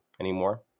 anymore